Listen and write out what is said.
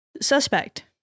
suspect